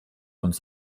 uns